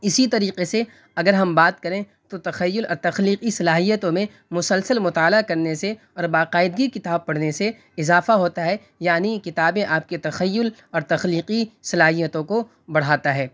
اسی طریقے سے اگر ہم بات کریں تو تخیل اور تخلیقی صلاحیتوں میں مسلسل مطالعہ کرنے سے اور باقاعدگی کتاب پڑھنے سے اضافہ ہوتا ہے یعنی کتابیں آپ کے تخیل اور تخلیقی صلاحیتوں کو بڑھاتا ہے